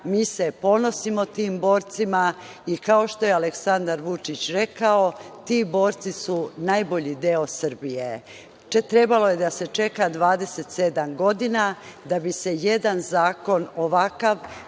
mi se ponosimo tim borcima i kao što je Aleksandar Vučić rekao, ti borci su najbolji deo Srbije. Trebalo je da se čeka 27 godina da bi se jedan zakon ovakav